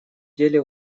деле